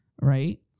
right